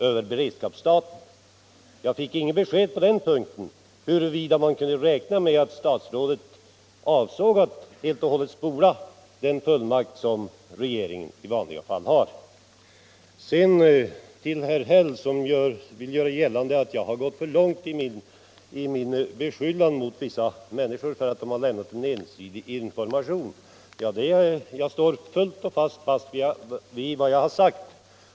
På den punkten fick jag inget besked om huruvida man kunde räkna med att statsrådet avsåg att helt och hållet ”spola” den fullmakt som regeringen i vanliga fall har. Herr Häll vill göra gällande att jag har gått för långt i min beskyllning mot vissa människor för att de har lämnat ensidig information. Jag står helt fast vid vad jag har sagt.